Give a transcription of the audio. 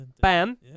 bam